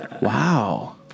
Wow